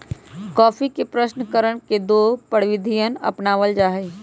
coffee के प्रशन करण के दो प्रविधियन अपनावल जा हई